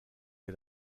est